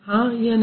हाँ या नहीं